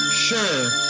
sure